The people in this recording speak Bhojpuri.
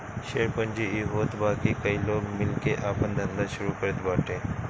शेयर पूंजी इ होत बाकी कई लोग मिल के आपन धंधा शुरू करत बाटे